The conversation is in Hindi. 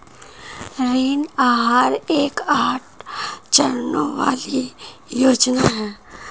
ऋण आहार एक आठ चरणों वाली योजना है